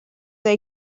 they